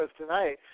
tonight